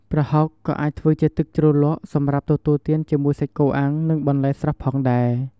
ប្រហុកក៏អាចធ្វើជាទឹកជ្រលក់សម្រាប់ទទួលទានជាមួយសាច់គោអាំងនិងបន្លែស្រស់ផងដែរ។